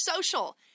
social